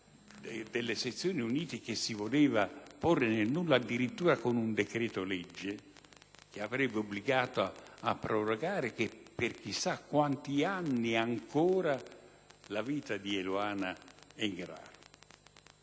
delle sezioni unite, che si voleva porre nel nulla addirittura con un decreto-legge che avrebbe obbligato a prorogare per chissà quanti anni ancora la vita di Eluana Englaro.